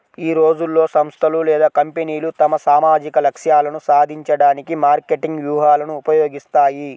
ఈ రోజుల్లో, సంస్థలు లేదా కంపెనీలు తమ సామాజిక లక్ష్యాలను సాధించడానికి మార్కెటింగ్ వ్యూహాలను ఉపయోగిస్తాయి